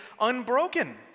unbroken